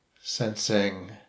sensing